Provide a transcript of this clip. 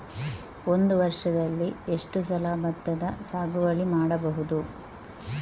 ಒಂದು ವರ್ಷದಲ್ಲಿ ಎಷ್ಟು ಸಲ ಭತ್ತದ ಸಾಗುವಳಿ ಮಾಡಬಹುದು?